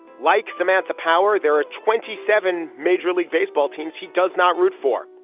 like samantha power there are twenty seven major league baseball teams he does not root for.